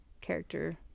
character